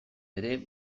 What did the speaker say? ere